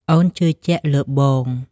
អូនជឿជាក់លើបង។